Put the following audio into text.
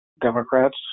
Democrats